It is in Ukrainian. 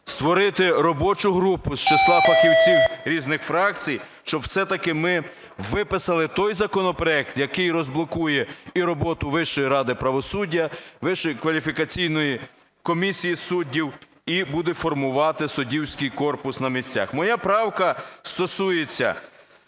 Створити робочу групу з числа фахівців різних фракцій, щоб все-таки ми виписали той законопроект, який розблокує і роботу Вищої ради правосуддя, Вищої кваліфікаційної комісії суддів і буде формувати суддівський корпус на місцях. Моя правка стосується,